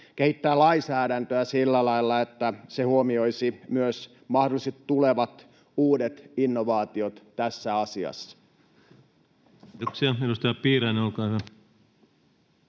kehittää lainsäädäntöä sillä lailla, että se huomioisi myös mahdolliset tulevat uudet innovaatiot tässä asiassa. Kiitoksia. — Edustaja Piirainen, olkaa hyvä.